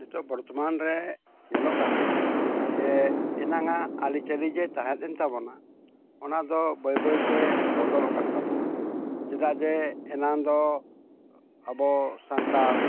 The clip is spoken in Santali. ᱱᱤᱛᱳᱜ ᱵᱚᱨᱛᱚᱢᱟᱱ ᱨᱮ ᱧᱮᱞᱚᱜ ᱠᱟᱱᱟ ᱡᱮ ᱮᱱᱟᱝᱼᱟᱜ ᱟᱹᱨᱤᱪᱟᱹᱞᱤ ᱡᱮ ᱛᱟᱦᱮᱸᱞᱮᱱ ᱛᱟᱵᱚᱱᱟ ᱚᱱᱟᱫᱚ ᱵᱟᱹᱭ ᱵᱟᱹᱭᱛᱮ ᱵᱚᱫᱚᱞᱚᱜ ᱠᱟᱱ ᱛᱟᱵᱚᱱᱟ ᱪᱮᱫᱟᱜ ᱡᱮ ᱮᱱᱟᱱ ᱫᱚ ᱟᱵᱚ ᱥᱟᱱᱛᱟᱲ